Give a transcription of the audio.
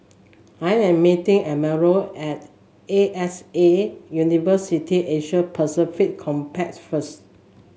I am meeting Emilio at A X A University Asia Pacific Campus first